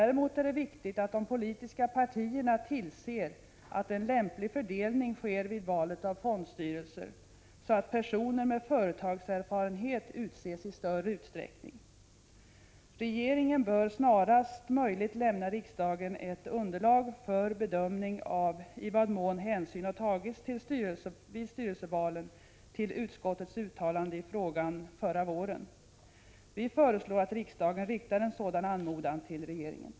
Däremot är det viktigt att de politiska partierna tillser att en lämplig fördelning sker vid valet av fondstyrelser, så att personer med företagserfarenhet utses i större utsträckning. Regeringen bör snarast möjligt lämna riksdagen ett underlag för bedömning av i vad mån det vid styrelsevalen har tagits hänsyn till utskottets uttalande i frågan förra våren. Vi föreslår att riksdagen riktar en sådan anmodan till regeringen.